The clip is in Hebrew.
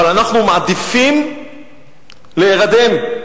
אבל אנחנו מעדיפים להירדם,